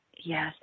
Yes